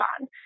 on